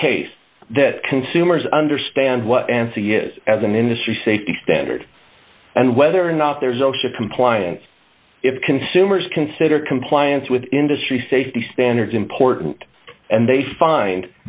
the case that consumers understand what anssi is as an industry safety standard and whether or not there's osha compliance if consumers consider compliance with industry safety standards important and they find